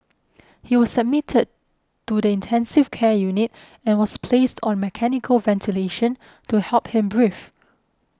he was admitted to the intensive care unit and was placed on mechanical ventilation to help him breathe